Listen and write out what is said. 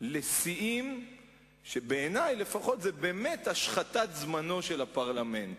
לשיאים שבעיני לפחות זה באמת השחתת זמנו של הפרלמנט.